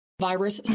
Virus